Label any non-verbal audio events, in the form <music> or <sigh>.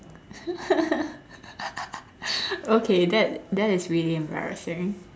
<laughs> okay that that is really embarrassing